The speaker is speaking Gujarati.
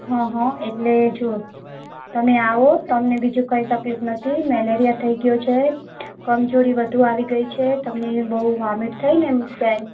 હં હં એટલે જો તમે આવો તમને બીજું કંઈ તકલીફ નથી મેલેરિયા થઇ ગયો છે કમજોરી વધુ આવી ગઇ છે તમને બહુ વામિટ થઇને બેન